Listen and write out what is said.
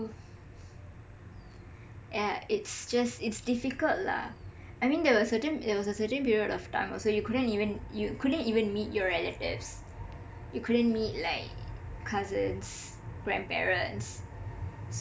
yah it's just it's difficult lah I mean there was a certain there was a certain period of time or so you couldn't even you couldn't even meet your relatives you couldn't meet like cousins grandparents